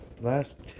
Last